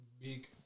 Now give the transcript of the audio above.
Big